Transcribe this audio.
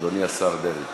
אדוני השר דרעי.